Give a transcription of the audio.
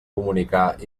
comunicar